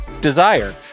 Desire